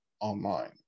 online